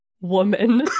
woman